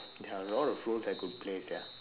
there are a lot of roles that I could play sia